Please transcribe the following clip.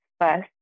first